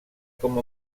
com